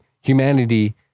humanity